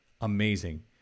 amazing